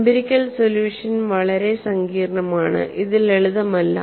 empirical solution വളരെ സങ്കീർണ്ണമാണ് ഇത് ലളിതമല്ല